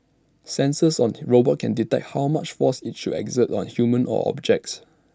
sensors on the robot can detect how much force IT should exert on humans or objects